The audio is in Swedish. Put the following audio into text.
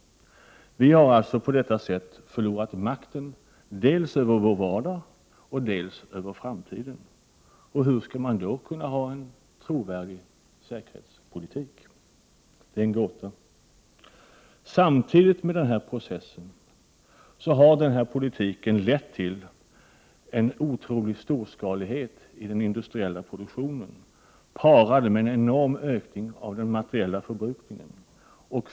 På detta sätt har vi förlorat makten dels över vår vardag, dels över framtiden. Och hur skall man då kunna föra en trovärdig säkerhetspolitik? Det är en gåta. Samtidigt med den här processen har den förda politiken lett till en otrolig storskalighet i den industriella produktionen, parad med en enorm ökning av den materiella förbrukningen.